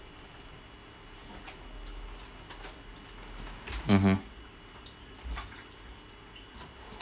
mmhmm